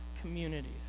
communities